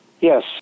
Yes